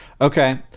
Okay